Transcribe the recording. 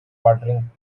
watering